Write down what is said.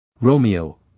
Romeo